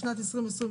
אל תפני אלי.